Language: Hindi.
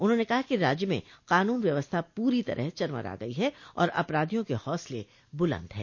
उन्होंने कहा कि राज्य में कानून व्यवस्था पूरी तरह चरमरा गई है और अपराधियों के हौसले बुलंद हैं